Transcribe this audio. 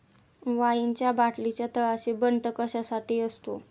वाईनच्या बाटलीच्या तळाशी बंट कशासाठी असते?